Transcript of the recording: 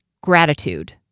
gratitude